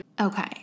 Okay